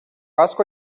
asko